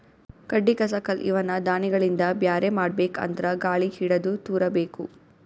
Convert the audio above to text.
ಕಡ್ಡಿ ಕಸ ಕಲ್ಲ್ ಇವನ್ನ ದಾಣಿಗಳಿಂದ ಬ್ಯಾರೆ ಮಾಡ್ಬೇಕ್ ಅಂದ್ರ ಗಾಳಿಗ್ ಹಿಡದು ತೂರಬೇಕು